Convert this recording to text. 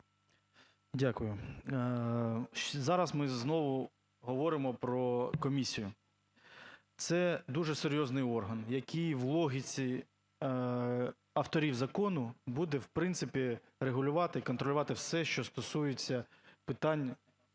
Дякую. Зараз ми знову говоримо про комісію. Це дуже серйозний орган, який в логіці авторів закону буде в принципі регулювати і контролювати все, що стосується питань